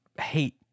hate